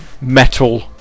metal